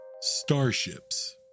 starships